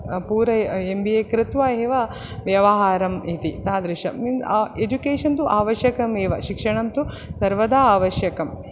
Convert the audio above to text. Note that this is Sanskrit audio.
पूरय एम् बि ए कृत्वा एव व्यवहारम् इति तादृशं म् अ एजुकेशन् तु आवश्यकमेव शिक्षणं तु सर्वदा आवश्यकम्